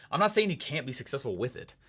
i'm not saying you can't be successful with it,